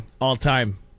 all-time